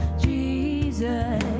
JESUS